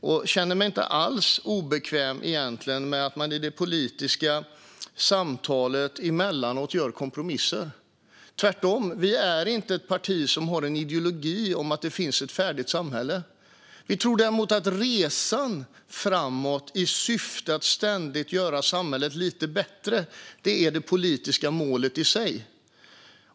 Jag känner mig inte alls obekväm med att man i det politiska samtalet emellanåt gör kompromisser, tvärtom. Vi är inte ett parti som har en ideologi om att det finns ett färdigt samhälle. Vi tror däremot att resan framåt i syfte att ständigt göra samhället lite bättre är det politiska målet i sig.